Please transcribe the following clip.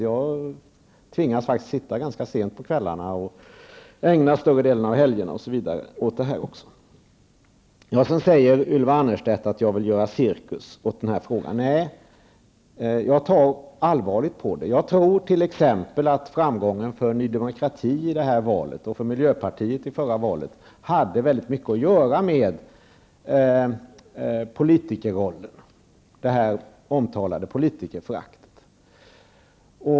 Jag tvingas sitta ganska sent på kvällarna och ägna större delen av helgerna åt riksdagsarbetet. Ylva Annerstedt sade att jag vill göra cirkus av den här frågan. Nej, jag tar allvarligt på den. Jag tror t.ex. att framgången för Ny Demokrati i det senaste valet och för miljöpartiet i förra valet hade väldigt mycket att göra med politikerrollen, det omtalade politikerföraktet.